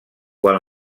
quan